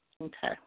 Okay